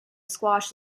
squash